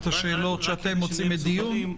את השאלות שאתם מוצאים לעיקרי הדיון.